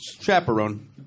chaperone